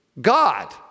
God